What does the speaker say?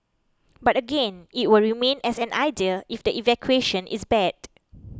but again it will remain as an idea if the execution is bad